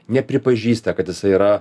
nepripažįsta kad jisai yra